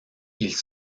ils